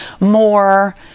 more